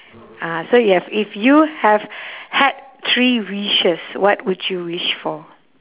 ah so you have if you have had three wishes what would you wish for